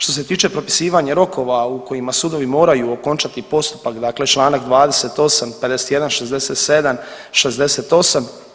Što se tiče propisivanja rokova u kojima sudovi moraju okončati postupak, dakle članak 28., 51., 67., 68.